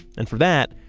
and for that,